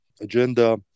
agenda